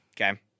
Okay